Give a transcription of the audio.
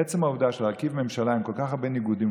עצם העובדה שלהרכיב ממשלה עם כל כך הרבה ניגודים,